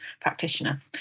practitioner